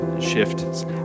shifts